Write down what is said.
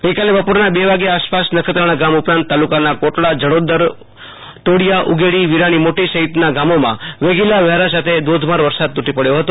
ગઈકાલે બપોરના બે વાગ્યા આસપાસ નખત્રાણા ગામ ઉપરાંત તાલુકાના કોટડા જડોદરમથલટોડિયાઉગેડીવિરાણી મોટી સહિતના ગામોમાં વેગિલા વાયરા સાથે ધોધમાર વરસાદ થયો હતો